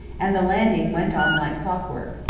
and the landing went on like clock-work.